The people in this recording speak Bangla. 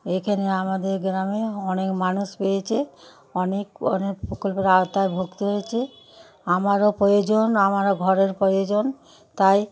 এখানে আমাদের গ্রামে অনেক মানুষ পেয়েছে অনেক অনেক প্রকল্পের আওতায় ভুক্ত হয়েছে আমারও প্রয়োজন আমারও ঘরের প্রয়োজন তাই